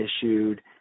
issued